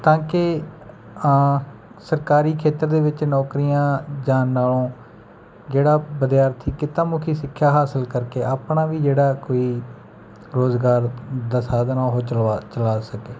ਤਾਂ ਕਿ ਸਰਕਾਰੀ ਖੇਤਰ ਦੇ ਵਿੱਚ ਨੌਕਰੀਆਂ ਜਾਣ ਨਾਲ ਜਿਹੜਾ ਵਿਦਿਆਰਥੀ ਕਿੱਤਾ ਮੁੱਖੀ ਸਿੱਖਿਆ ਹਾਸਲ ਕਰਕੇ ਆਪਣਾ ਵੀ ਜਿਹੜਾ ਕੋਈ ਰੁਜ਼ਗਾਰ ਦਾ ਸਾਧਨ ਉਹ ਚਲਾ ਚਲਾ ਸਕੇ